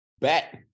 Bet